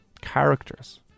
Characters